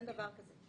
אין דבר כזה.